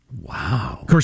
Wow